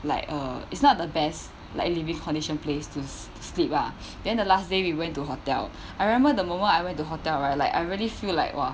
like uh it's not the best like living condition place to sleep lah then the last day we went to hotel I remember the moment I went to hotel right like I really feel like !wah!